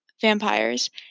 vampires